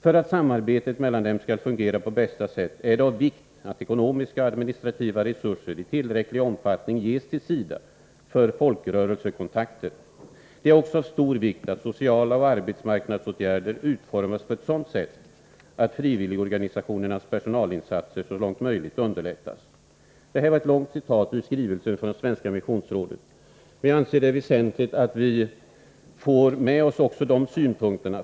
För att samarbetet mellan dem skall fungera på bästa sätt är det av vikt att ekonomiska och administrativa resurser i tillräcklig omfattning ges till SIDA för folkrörelsekontakter. Det är också av stor vikt att sociala och arbetsmarknadsåtgärder utformas på ett sådant sätt att frivilligorganisationernas personalinsatser så långt möjligt underlättas.” Det här var ett långt citat ur skrivelsen från Svenska Missionsrådet. Men jag anser det vara väsentligt att vi får med oss även de här synpunkterna.